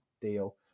deal